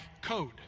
code